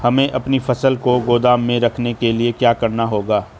हमें अपनी फसल को गोदाम में रखने के लिये क्या करना होगा?